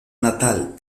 natal